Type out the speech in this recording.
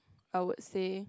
I would say